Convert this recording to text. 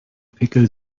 pickel